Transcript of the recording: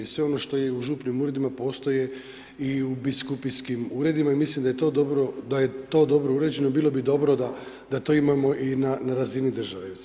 Sve ono što je u župnim uredima, postoje i u biskupijskim uredima i mislim da je to dobro uređeno i bilo bi dobro da to imamo i na razini države.